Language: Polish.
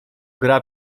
gra